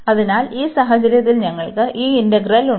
അതിനാൽ ഈ സാഹചര്യത്തിൽ ഞങ്ങൾക്ക് ഈ ഇന്റഗ്രൽ ഉണ്ട്